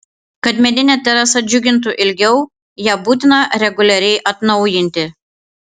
kad medinė terasa džiugintų ilgiau ją būtina reguliariai atnaujinti